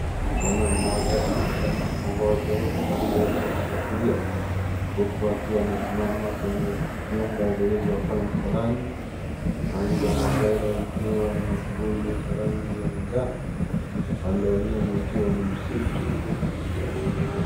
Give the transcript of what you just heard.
Mwanamume mmoja akiwa na mkongojo upande wa kulia huku akiwa amesimama kwenye vyumba vilivyo kama msalani, upande wa mbele ukiwa na kibuyu cha rangi ya manjano. Upande wa nyuma ukiwa ni msitu na kichaka.